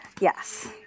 Yes